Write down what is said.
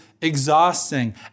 exhausting